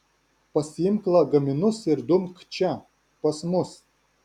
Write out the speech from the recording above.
pasiimk lagaminus ir dumk čia pas mus